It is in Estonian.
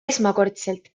esmakordselt